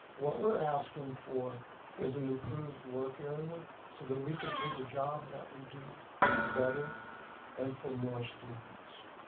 what we're asking for is an improved work area, so that we can do the job that we do better and for more students.